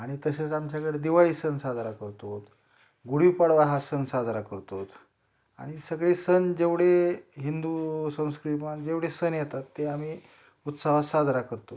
आणि तसेच आमच्याकडे दिवाळी सण साजरा करतो गुढीपाडवा हा सण साजरा करतो आणि सगळे सण जेवढे हिंदू संस्कृतीमध्ये जेवढे सण येतात ते आम्ही उत्सावात साजरा करतो